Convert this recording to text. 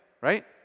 right